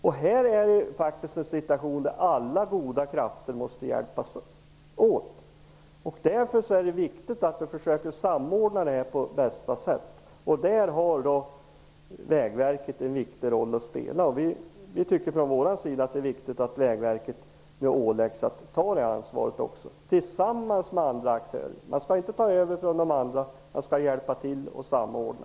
Här har vi faktiskt en situation där alla goda krafter måste hjälpas åt. Därför är det viktigt att vi försöker samordna detta på bästa sätt. Där har Vägverket en viktig roll att spela. Vi tycker att det är viktigt att Vägverket åläggs att ta det ansvaret också tillsammans med andra aktörer. De skall inte ta över från de andra, utan hjälpa till och samordna.